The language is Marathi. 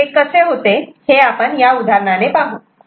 तर हे कसे होते हे आपण या उदाहरणाने पाहू